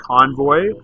Convoy